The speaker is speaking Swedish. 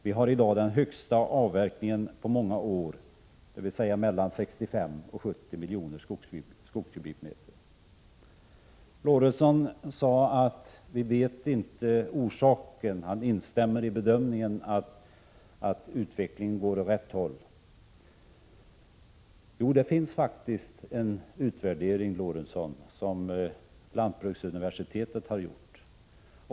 Vi har i dag den högsta avverkningen på många år, mellan 65 och 70 miljoner skogskubikmeter. Lorentzon sade att vi inte vet orsaken, men han instämmer i bedömningen att utvecklingen går åt rätt håll. Jo, det finns faktiskt en utvärdering som lantbruksuniversitetet har gjort.